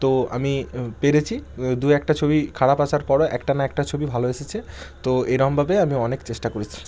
তো আমি পেরেছি দু একটা ছবি খারাপ আসার পরও একটা না একটা ছবি ভালো এসেছে তো এরমভাবে আমি অনেক চেষ্টা করেছি